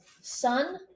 sun